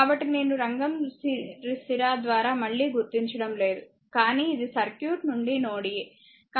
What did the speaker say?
కాబట్టి నేను రంగు సిరా ద్వారా మళ్ళీ గుర్తించడం లేదు కానీ ఇది సర్క్యూట్ నుండి నోడ్ a